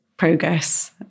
Progress